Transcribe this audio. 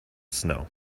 snow